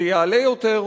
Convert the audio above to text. זה יעלה יותר,